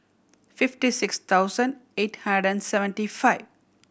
fifty six thousand eight hundred seventy five